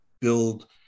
build